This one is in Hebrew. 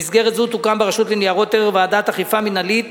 במסגרת זו תוקם ברשות ניירות ערך ועדת אכיפה מינהלית